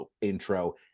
intro